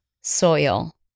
soil